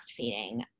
breastfeeding